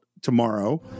tomorrow